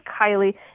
Kylie